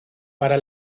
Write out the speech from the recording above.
para